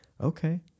okay